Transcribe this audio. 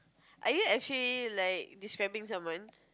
are you actually like describing someone